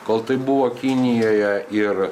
kol tai buvo kinijoje ir